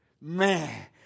Man